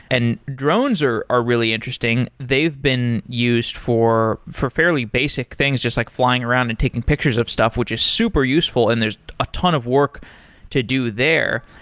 and drones are are really interesting. they've been used for for fairly basic things, just like flying around and taking pictures of stuff, which is super useful and there's a ton of work to do there.